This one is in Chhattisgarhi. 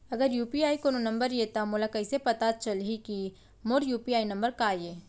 अगर यू.पी.आई कोनो नंबर ये त मोला कइसे पता चलही कि मोर यू.पी.आई नंबर का ये?